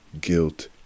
guilt